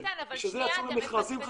בוודאי שזה צריך להיות בנתב"ג.